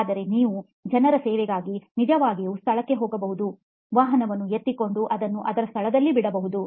ಆದರೆ ನೀವು ಜನರ ಸೇವೆಗಾಗಿ ನಿಜವಾಗಿಯೂ ಸ್ಥಳಕ್ಕೆ ಹೋಗಬಹುದು ವಾಹನವನ್ನು ಎತ್ತಿಕೊಂಡು ಅದನ್ನು ಅದರ ಸ್ಥಳದಲ್ಲಿ ಬಿಡಬಹುದು